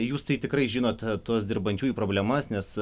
jūs tai tikrai žinot tuos dirbančiųjų problemas nes